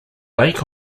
lake